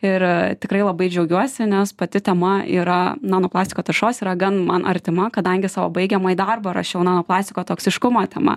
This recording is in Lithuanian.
ir tikrai labai džiaugiuosi nes pati tema yra nano plastiko taršos yra gan man artima kadangi savo baigiamąjį darbą rašiau nano plastiko toksiškumo tema